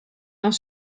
dans